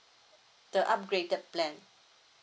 the upgraded plan